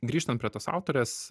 grįžtant prie tos autorės